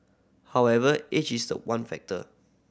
however age is the one factor